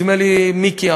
נדמה לי מיקי,